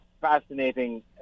fascinating